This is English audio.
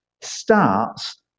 starts